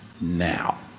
now